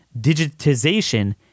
digitization